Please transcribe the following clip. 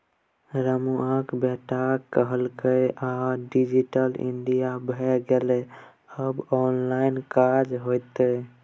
रमुआक बेटा कहलकै आब डिजिटल इंडिया भए गेलै आब ऑनलाइन काज हेतै